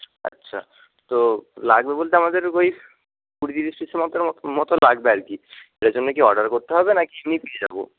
আচ্ছা তো লাগবে বলতে আমাদের ওই কুড়ি তিরিশ পিসের মতন মতো লাগবে আর কি এজন্য কি অর্ডার করতে হবে না কি এমনি পেয়ে যাব